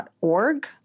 Org